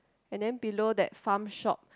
and then below that farm shop